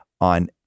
on